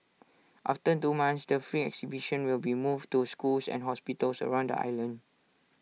after two months the free exhibition will be moved to schools and hospitals around the island